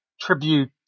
Tribute